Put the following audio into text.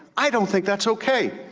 i don't think that's okay.